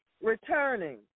Returning